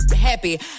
happy